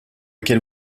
lequel